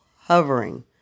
hovering